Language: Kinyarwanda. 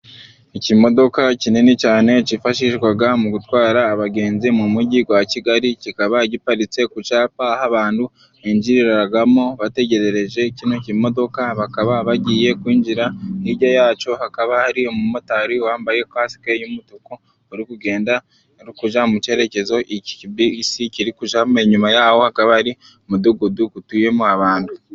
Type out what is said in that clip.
Ikimodoka kinini cyane, cyifashishwa mu gutwara abagenzi mu mujyi wa Kigali, kikaba giparitse ku cyapa, aho abantu binjiriraramo, bategererereje kino k'imodoka, bakaba bagiye kwinjira, hirya yaco hakaba hari umumotari, wambaye kasike y'umutuku, uri kugenda, uri kujya mu cyerekezo iki kibisi kiri kujyamo , nyuma yaho akaba ari umudugudu utuyemo abantu.